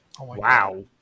Wow